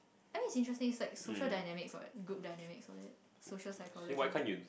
I mean it's interesting it's like social dynamics what group dynamics all that social psychology